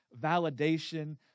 validation